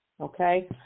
Okay